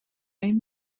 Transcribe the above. این